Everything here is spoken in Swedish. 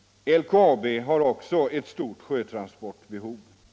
LKAB har också ett stort sjötransportbehov.